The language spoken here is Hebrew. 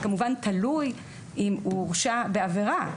זה כמובן תלוי אם הוא הורשע בעבירה.